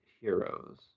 Heroes